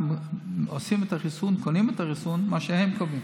אנחנו קונים את החיסון שהם קובעים.